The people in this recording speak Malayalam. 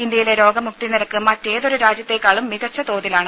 ഇന്ത്യയിലെ രോഗമുക്തി നിരക്ക് മറ്റേതൊരു രാജ്യത്തേക്കാളും മികച്ച തോതിലാണ്